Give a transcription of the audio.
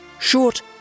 Short